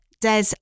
Des